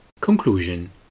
conclusion